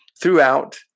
throughout